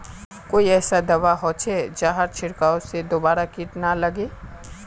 कोई ऐसा दवा होचे जहार छीरकाओ से दोबारा किट ना लगे?